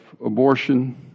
abortion